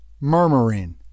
murmuring